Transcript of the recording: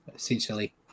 Essentially